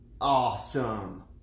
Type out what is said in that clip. Awesome